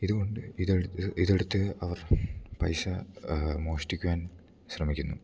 ഇതുകൊണ്ട് ഇതെടുത്ത് ഇതെടുത്ത് അവർ പൈസ മോഷ്ടിക്കുവാൻ ശ്രമിക്കുന്നു